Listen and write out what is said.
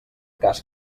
cas